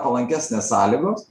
palankesnės sąlygos